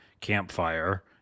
Campfire